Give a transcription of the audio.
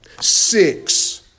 six